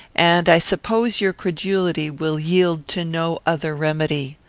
and i suppose your credulity will yield to no other remedy.